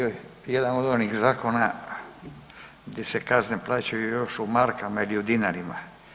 To je jedan od onih zakona gdje se kazne plaćaju još u markama ili u dinarima.